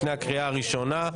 לפני הקריאה הראשונה.